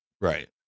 right